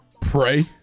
Pray